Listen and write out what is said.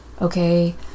okay